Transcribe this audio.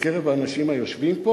בקרב האנשים היושבים פה